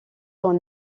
dans